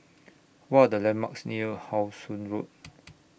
What Are The landmarks near How Sun Road